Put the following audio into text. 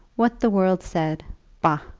what the world said bah!